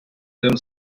тим